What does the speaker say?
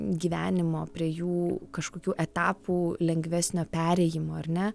gyvenimo prie jų kažkokių etapų lengvesnio perėjimo ar ne